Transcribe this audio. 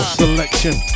selection